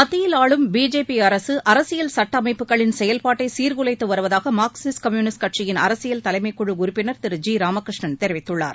மத்தியில் ஆளும் பிஜேபி அரசியல் சுட்ட அமைப்புகளின் செயல்பாட்டை சீர்குலைத்து மார்க்சிஸ்ட் கம்யூனிஸ்ட் கட்சியின் அரசியல் தலைமைக்குழு வருவதாக உறுப்பினர் திரு ஜி ராமகிருஷ்ணன் தெரிவித்துள்ளார்